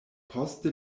poste